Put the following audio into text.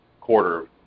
quarter